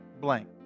blank